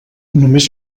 només